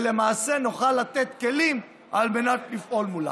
ולמעשה נוכל לתת כלים על מנת לפעול מולם.